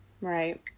Right